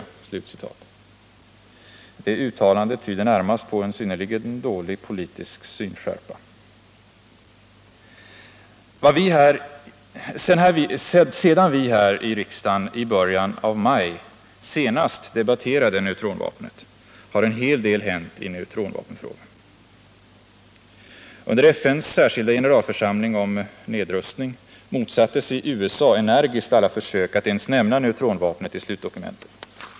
Detta uttalande tyder närmast på en synnerligen dålig politisk synskärpa. Sedan vi början av maj senast debatterade neutronvapnet här i riksdagen har en hel del hänt i neutronvapenfrågan. I FN:s särskilda generalförsamling om nedrustning motsatte sig USA energiskt alla försök att ens nämna neutronvapnet i slutdokumenten.